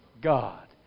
God